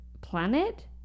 planet